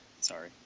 Sorry